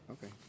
Okay